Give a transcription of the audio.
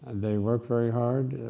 they work very hard,